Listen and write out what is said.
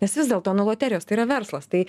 nes vis dėlto nu loterijos tai yra verslas tai